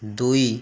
ଦୁଇ